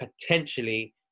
potentially